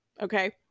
okay